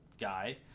guy